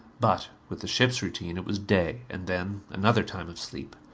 but with the ship's routine it was day. and then another time of sleep.